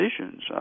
decisions